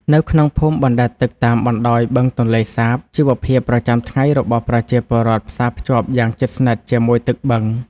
នៅក្នុងភូមិអណ្តែតទឹកតាមបណ្តោយបឹងទន្លេសាប ជីវភាពប្រចាំថ្ងៃរបស់ប្រជាពលរដ្ឋផ្សារភ្ជាប់យ៉ាងជិតស្និទ្ធជាមួយទឹកបឹង។